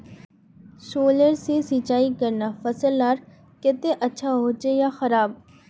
Solar से सिंचाई करना फसल लार केते अच्छा होचे या खराब?